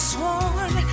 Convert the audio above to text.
sworn